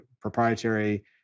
proprietary